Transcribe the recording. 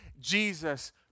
Jesus